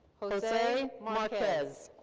jose marquez.